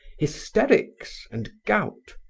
hysterics and gout.